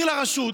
יעביר לרשות.